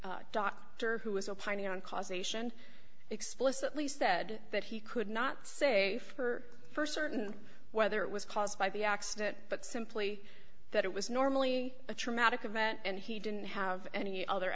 doctor who was opining on causation explicitly said that he could not say for first certain whether it was caused by the accident but simply that it was normally a traumatic event and he didn't have any other